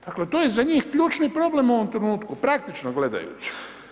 Dakle, to je za njih ključni problem u ovom trenutku, praktično gledajući.